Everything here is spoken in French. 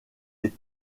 est